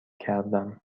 کردم